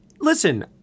listen